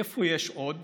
איפה יש עוד?